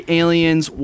aliens